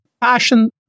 passion